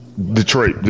Detroit